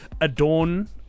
adorn